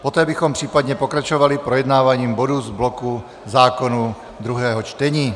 Poté bychom případně pokračovali projednáváním bodů z bloku zákonů druhého čtení.